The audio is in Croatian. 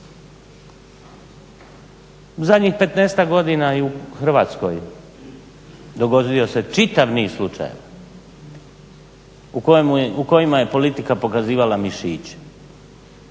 petnaestak godina i u Hrvatskoj dogodio se čitav niz slučajeva u kojima je politika pokazivala mišiće.